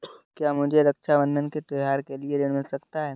क्या मुझे रक्षाबंधन के त्योहार के लिए ऋण मिल सकता है?